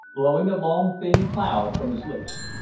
blowing a long thin cloud from his lips.